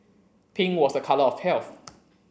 pink was a colour of health